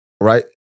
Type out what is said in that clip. right